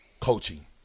Coaching